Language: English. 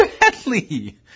badly